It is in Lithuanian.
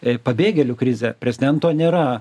ė pabėgėlių krizė prezidento nėra